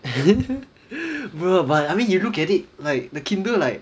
bro but I mean you look at it like the Kindle like